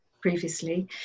previously